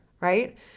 right